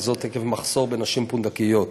וזאת עקב מחסור בנשים פונדקאיות.